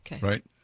right